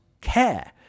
care